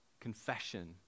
Confession